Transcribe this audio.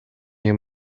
nie